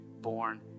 born